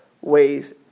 ways